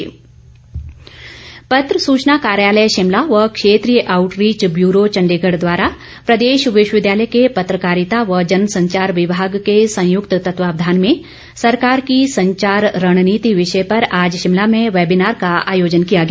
webinar पत्र सूचना कार्यालय शिमला व क्षेत्रीय आउटरीच ब्यूरो चंडीगढ़ द्वारा प्रदेश विश्वविद्यालय के पत्रकारिता व जनसंचार विभाग के संयुक्त तत्वावधान में सरकार की संचार रणनीति विषय पर आज शिमला में वैबीनार का आयोजन किया गया